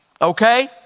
okay